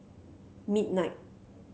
midnight